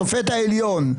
שופט העליון,